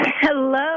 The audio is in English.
hello